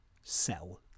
sell